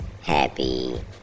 happy